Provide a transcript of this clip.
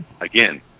Again